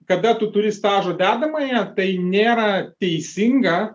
kada tu turi stažo dedamąją tai nėra teisinga